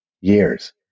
years